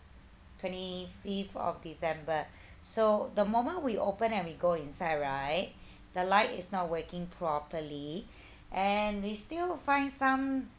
twenty fifth of december so the moment we open and we go inside right the light is not working properly and we still find some